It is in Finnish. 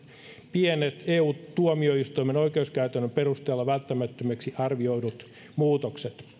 pienet eu tuomioistuimen oikeuskäytännön perusteella välttämättömiksi arvioidut muutokset